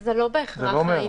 זה לא בהכרח העניין.